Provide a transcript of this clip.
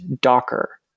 Docker